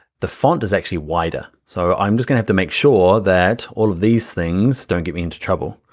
the font is actually wider. so i'm just gonna have to make sure that all of these things don't get me into trouble,